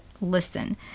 listen